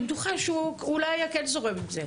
אני בטוחה שאולי הוא היה זורם על זה,